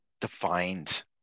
defined